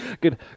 Good